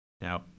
Now